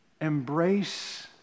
embrace